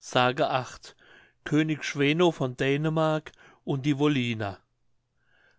s könig schweno von dänemark und die wolliner